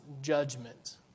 judgment